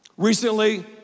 Recently